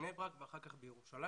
בבני ברק ואחר כך בירושלים.